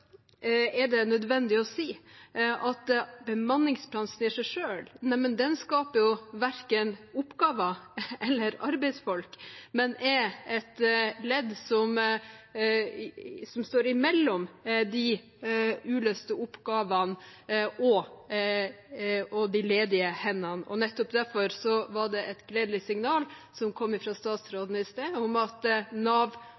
er det nødvendig å si at bemanningsbransjen i seg selv verken skaper oppgaver eller arbeidsfolk, men er et ledd som står mellom de uløste oppgavene og de ledige hendene. Nettopp derfor var det et gledelig signal som kom fra statsråden i sted, om at Nav